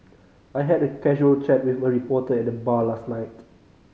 I had a casual chat with a reporter at the bar last night